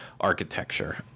architecture